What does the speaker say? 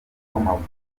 w’amavubi